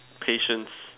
patience